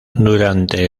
durante